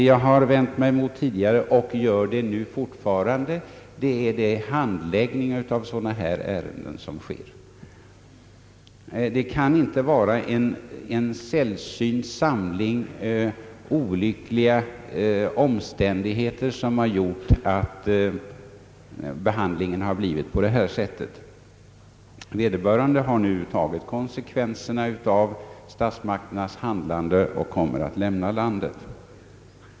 Vad jag har vänt mig mot tidigare och fortfarande vänder mig mot är den handläggning som sker av sådana här ärenden. Det kan inte vara en sällsynt samling olyckliga omständigheter som har gjort att behandlingen har blivit på det här sättet. Vederbörande har nu tagit konsekvenserna av statsmakternas handlande och kommer att lämna landet.